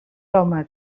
home